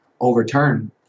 overturn